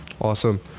Awesome